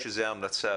בהנחה שזה המלצה,